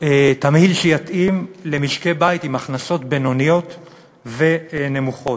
תמהיל שיתאים למשקי בית עם הכנסות בינוניות ונמוכות.